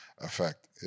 effect